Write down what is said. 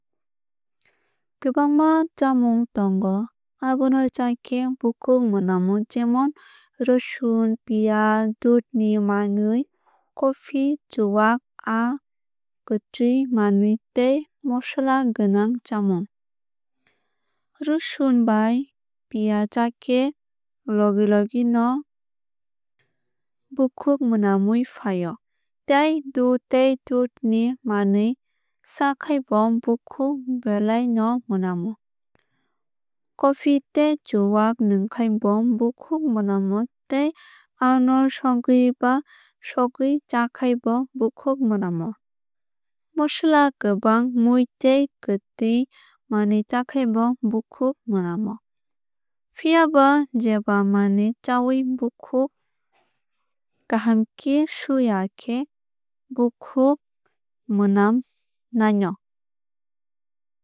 Kwbangma chamung tongo abono chakhe bukhuk munamu jemon rosun piyaj dudh ni manwui coffee chuwak aa kwtui manwui tei mosola gwnang chamung. Rosun bai piyaj chakhe logi logino bukhuk mwnamwui fai o tei dudh tei dudh ni manwui chakhai bo bukhuk belai no mwnamu. Coffee tei chwak nwngkhai bo bukhuk mwnamu tei aa no sogwui ba songui chakhai bo bukhuk mwnamu. Mosola kwbang mui tei kwtwui manwui chakhai bo bukhuk mwnamu. Phiaba jeba manwui chaui bukhuk kaham khe suiya khe bukhuk mwnam naino.